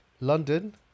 London